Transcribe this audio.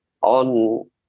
On